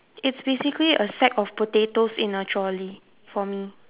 it's basically a sack of potatoes in a trolley for me